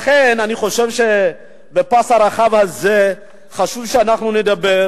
לכן אני חושב שבפס הרחב הזה חשוב שנדבר,